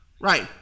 Right